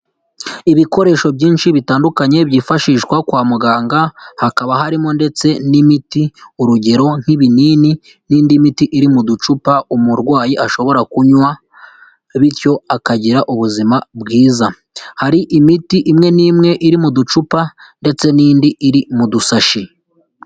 ibikoresho byinshi bitandukanye byifashishwa kwa muganga hakaba harimo ndetse n'imiti urugero nk'ibinini n'indi miti iri mu ducupa umurwayi ashobora kunywa bityo akagira ubuzima bwiza, hari imiti imwe n'imwe iri mu ducupa ndetse n'indi iri mu dusashi.